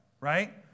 right